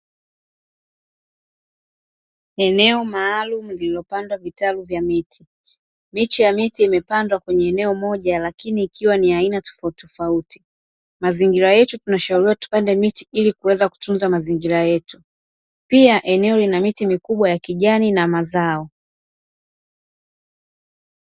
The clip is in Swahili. Eneo maalumu lililopandwa vitalu vya miti, Miche ya miti imepandwa kwenye eneo moja lakini ikiwa ni ya aina tofauti tofauti, Mazingira yetu tunashauriwa tupande miti ili kuweza kutunza mazingira yetu, pia eneo lina miti mikubwa ya kijani na mazao.